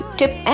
tip